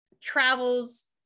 travels